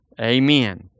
amen